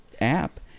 app